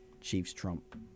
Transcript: Chiefs-Trump